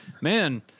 man